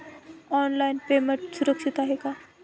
Online payment सुरक्षित आहे का?